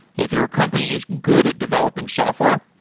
if your company is good at developing software,